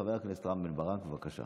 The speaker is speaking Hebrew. חבר הכנסת רם בן ברק, בבקשה.